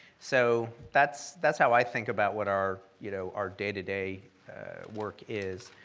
so that's that's how i think about what our you know our day to day work is.